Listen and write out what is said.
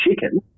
chicken